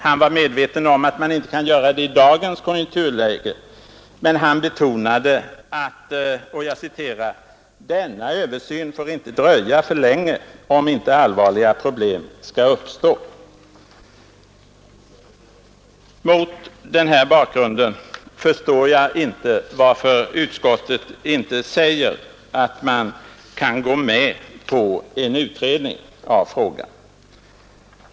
Han var medveten om att man inte kan göra det i dagens konjunkturläge, men han betonade att ”denna översyn får inte dröja för länge, om inte allvarliga problem skall uppstå”. Mot den bakgrunden förstår jag inte varför utskottet inte ens kan gå med på en utredning av frågan.